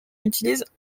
utilise